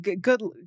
good